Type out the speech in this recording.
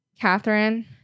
Catherine